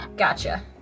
Gotcha